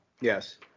Yes